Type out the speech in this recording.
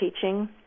teaching